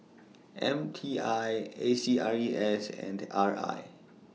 M T I A C R E S and R I